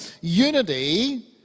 Unity